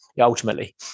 ultimately